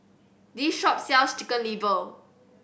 this shop sells Chicken Liver